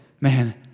man